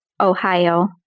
Ohio